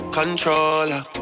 controller